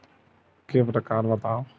के प्रकार बतावव?